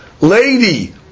Lady